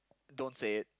don't say it